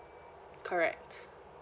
correct